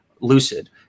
Lucid